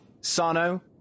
Sano